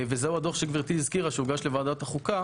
וזהו הדוח שגברתי הזכירה שהוגש לוועדת החוקה